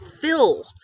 fill